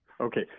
Okay